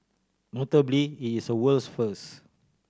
notably it is a world's first